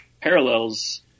parallels